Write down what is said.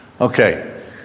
Okay